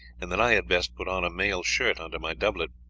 and that i had best put on a mail shirt under my doublet.